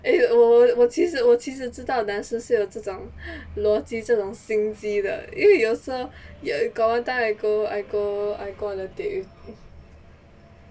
eh 我我其实知道男生是有这种逻辑这种心机的因为有时候 got one time I go I go I go on a date with